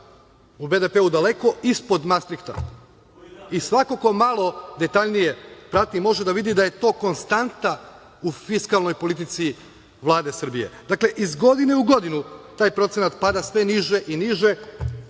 u BDP daleko ispod mastrikta i svako ko malo detaljnije prati može da vidi da je to konstanta u fiskalnoj politici Vlade Srbije. Dakle, iz godine u godinu taj procenat pada sve niže i niže